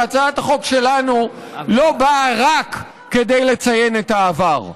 שהצעת החוק שלנו לא באה רק כדי לציין את העבר.